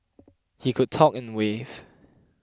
he could talk and wave